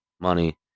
money